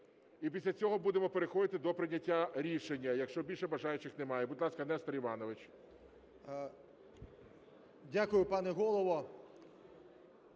І після цього будемо переходити до прийняття рішення, якщо більше бажаючих немає. Будь ласка, Нестор Іванович. 12:38:52 ШУФРИЧ